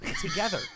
together